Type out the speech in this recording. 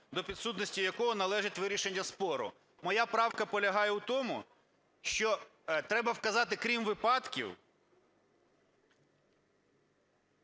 до підсудності якого належить вирішення спору. Моя правка полягає в тому, що треба вказати: крім випадків,